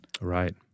right